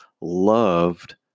loved